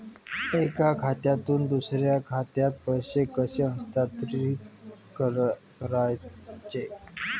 एका खात्यातून दुसऱ्या खात्यात पैसे कसे हस्तांतरित करायचे